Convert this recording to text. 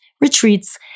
retreats